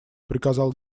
приказал